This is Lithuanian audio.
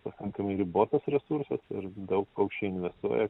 pakankamai ribotas resursas ir daug paukščių investuoja